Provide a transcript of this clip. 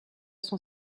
son